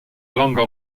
langue